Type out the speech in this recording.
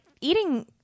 eating